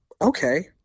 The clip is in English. okay